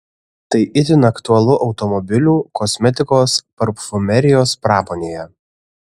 tai itin aktualu automobilių kosmetikos parfumerijos pramonėje